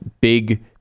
big